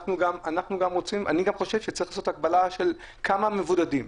אני גם חושב שצריך לעשות הגבלה של כמה מבודדים,